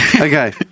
Okay